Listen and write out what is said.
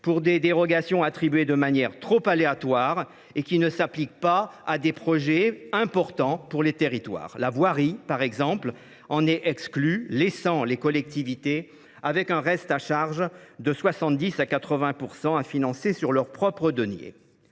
pour des dérogations attribuées de manière trop aléatoire et qui ne s’appliquent pas à des projets importants pour les territoires. La voirie, par exemple, en est exclue, laissant les collectivités avec un reste à charge de 70 % à 80 % à financer sur leurs propres deniers.